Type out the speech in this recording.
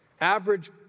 Average